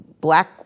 black